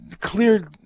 cleared